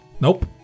Nope